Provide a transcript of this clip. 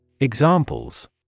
Examples